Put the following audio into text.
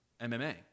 MMA